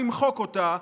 למחוק אותה,